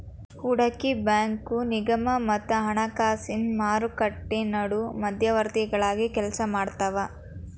ಹೂಡಕಿ ಬ್ಯಾಂಕು ನಿಗಮ ಮತ್ತ ಹಣಕಾಸಿನ್ ಮಾರುಕಟ್ಟಿ ನಡು ಮಧ್ಯವರ್ತಿಗಳಾಗಿ ಕೆಲ್ಸಾಮಾಡ್ತಾವ